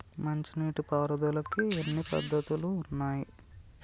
మంచి నీటి పారుదలకి ఎన్ని పద్దతులు ఉన్నాయి?